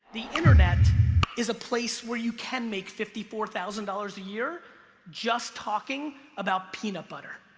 the internet is a place where you can make fifty four thousand dollars a year just talking about peanut butter.